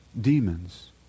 demons